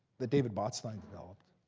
that david botstein developed.